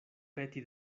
peti